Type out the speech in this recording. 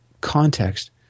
context